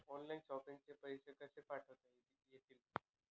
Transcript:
Online shopping चे पैसे कसे पाठवता येतील?